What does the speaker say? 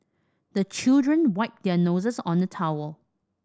the children wipe their noses on the towel